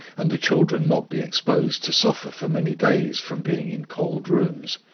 and the children not be exposed to suffer for many days from being in cold rooms.